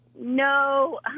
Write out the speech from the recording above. no